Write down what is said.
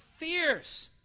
Fierce